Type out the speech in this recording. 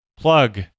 plug